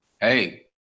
Hey